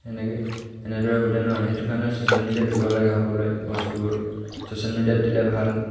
সেনেকৈ এনেদৰে সুধে ন সেইটো কাৰণে ছ'চিয়েল মিডিয়াত দিব লাগে সকলোৱে বস্তুবোৰ ছ'চিয়েল মিডিয়াত দিলে ভাল